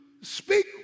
speak